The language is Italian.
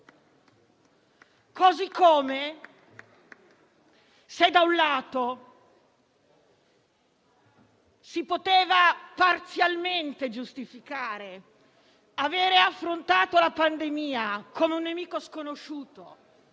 modo, se da un lato si poteva parzialmente giustificare l'avere affrontato la pandemia come un nemico sconosciuto,